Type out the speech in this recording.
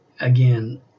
again